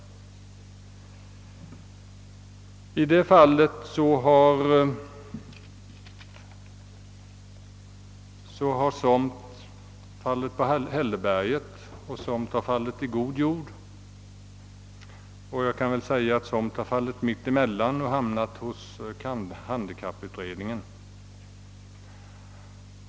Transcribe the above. I det fallet har somt fallit på hälleberget, somt har fallit i god jord, och jag kan väl säga att somt har fallit mitt emellan och hamnat hos handikapputredningen.